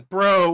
Bro